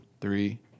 three